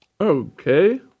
okay